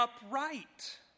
upright